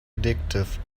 addictive